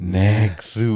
next